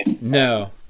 No